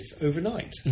overnight